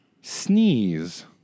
Sneeze